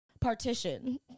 partition